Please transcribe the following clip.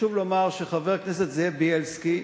חשוב לומר שחבר הכנסת זאב בילסקי,